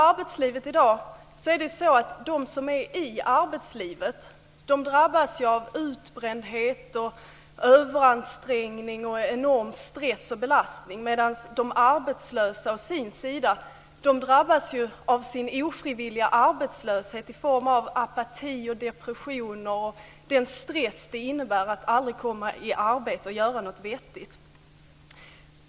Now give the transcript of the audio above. De som är i arbetslivet i dag drabbas av utbrändhet, överansträngning, enorm stress och belastning, medan de arbetslösa å sin sida drabbas av sin ofrivilliga arbetslöshet i form av apati, depression och den stress det innebär att aldrig komma i arbete och göra något vettigt.